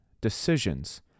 decisions